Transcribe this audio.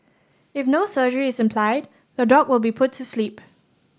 if no surgery is implied the dog will be put sleep